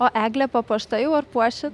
o eglė papuošta jau ar puoši